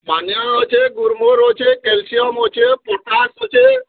ପାନୀୟ ଅଛେ ଗ୍ରୋମର୍ ଅଛେ କ୍ୟାଲ୍ସିୟମ୍ ଅଛେ ପୋଟାସ୍ ଅଛେ